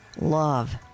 love